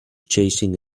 chasing